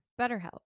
BetterHelp